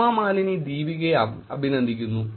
ഹേമ മാലിനി ദീപികയെ അഭിനന്ദിക്കുന്നു